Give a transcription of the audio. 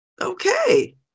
okay